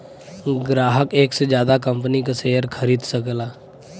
ग्राहक एक से जादा कंपनी क शेयर खरीद सकला